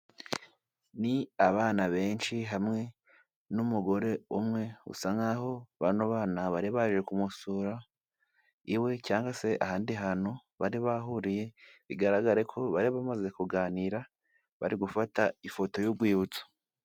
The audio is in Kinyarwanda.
Ni abana benshi hamwe n'umugore umwe usa n'aho bano bana bari baje kumusura iwe cyangwase ahandi hantu bari bahuriye, bigaragare ko bari bamaze kuganira bari gufata ifoto y'urwibutso.